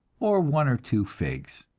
or one or two figs.